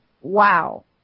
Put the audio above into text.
wow